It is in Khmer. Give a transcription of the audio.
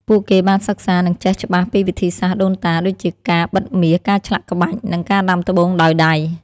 ពួកគេបានសិក្សា និងចេះច្បាស់ពីវិធីសាស្ត្រដូនតា ដូចជាការបិតមាស ការឆ្លាក់ក្បាច់ និងការដាំត្បូងដោយដៃ។